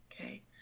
okay